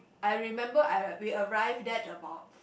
I remember I we arrived that about